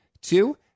two